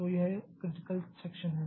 तो यह critical section है